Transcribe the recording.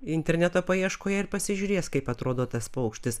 interneto paieškoje ir pasižiūrės kaip atrodo tas paukštis